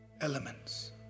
Elements